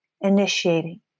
initiating